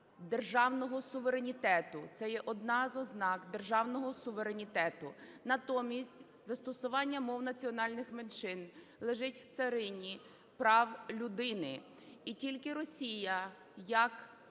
державного суверенітету, це є одна з ознак державного суверенітету. Натомість застосування мов національних меншин лежить в царині прав людини. І тільки Росія як